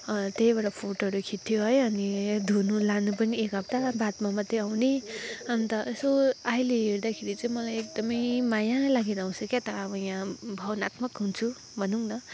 त्यही भएर फोटोहरू खिच्थ्यो है अनि धुनु लानु पनि एक हप्ता बादमा मात्रै आउने अन्त यसो अहिले हेर्दाखेरि चाहिँ मलाई एकदमै माया लागेर आउँछ क्या त अब यहाँ भावनात्मक हुन्छु भनौँ न